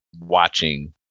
watching